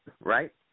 right